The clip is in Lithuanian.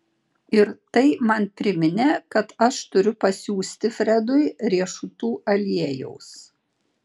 ir tai man priminė kad aš turiu pasiųsti fredui riešutų aliejaus